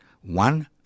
one